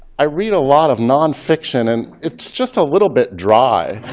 i read a lot of nonfiction. and it's just a little bit dry.